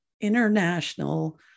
international